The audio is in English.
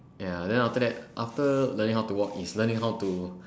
ya then after that after learning how to walk is learning how to